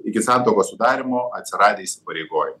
iki santuokos sudarymo atsiradę įsipareigojimai